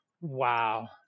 wow